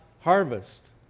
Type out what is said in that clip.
harvest